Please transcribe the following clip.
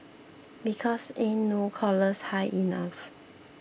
because ain't no collars high enough